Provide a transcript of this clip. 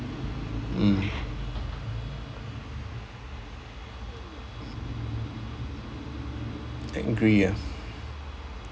mm angry ah